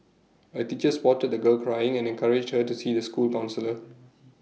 A teacher spotted the girl crying and encouraged her to see the school counsellor